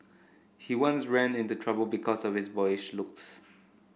he once ran into trouble because of his boyish looks